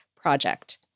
project